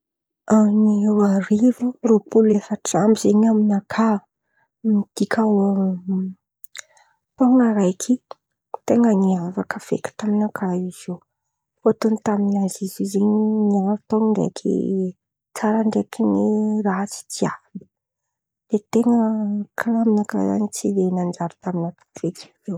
Ny roa arivo rôpolo efatr'amby zen̈y amy nakà midika ho taon̈o araiky ten̈a niavaka feky taminakà izy io fôtiny tamin'azy izy io zen̈y niaro tao ndraiky ny tsara ndraiky ratsy jiàby, de ten̈a karàha amy nakà tsy de nanjary taminakà feky izy io.